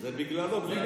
זה win-win.